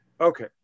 Okay